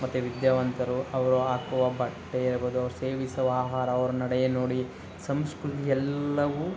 ಮತ್ತು ವಿದ್ಯಾವಂತರು ಅವರು ಹಾಕುವ ಬಟ್ಟೆ ಇರ್ಬೋದು ಅವ್ರು ಸೇವಿಸುವ ಆಹಾರ ಅವ್ರು ನಡೆ ನುಡಿ ಸಂಸ್ಕೃತಿ ಎಲ್ಲವೂ